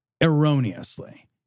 erroneously